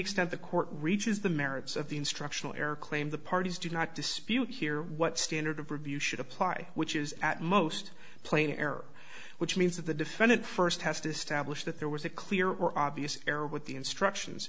extent the court reaches the merits of the instructional error claim the parties do not dispute here what standard of review should apply which is at most plain error which means that the defendant first test established that there was a clear or obvious error with the instructions